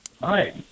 hi